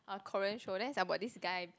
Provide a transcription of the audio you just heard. a Korean show then is about this guy